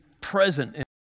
present